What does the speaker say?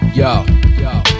yo